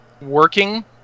Working